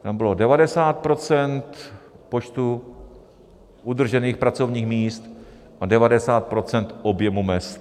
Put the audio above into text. Tam bylo 90 % počtu udržených pracovních míst a 90 % objemu mezd.